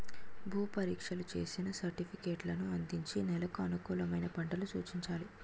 భూ పరీక్షలు చేసిన సర్టిఫికేట్లను అందించి నెలకు అనుకూలమైన పంటలు సూచించాలి